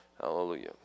Hallelujah